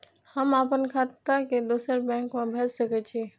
हम आपन खाता के दोसर बैंक में भेज सके छी?